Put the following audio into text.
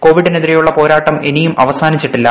കോവിഡിനെതിരെയുള്ള പോരാട്ടം ഇനിയും അവസാനിച്ചിട്ടില്ല